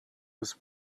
was